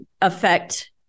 affect